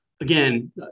again